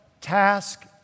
task